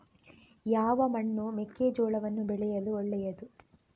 ಯಾವ ಮಣ್ಣು ಮೆಕ್ಕೆಜೋಳವನ್ನು ಬೆಳೆಯಲು ಒಳ್ಳೆಯದು?